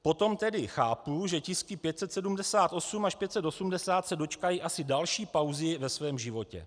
Potom tedy chápu, že tisky 578 až 580 se dočkají asi další pauzy ve svém životě.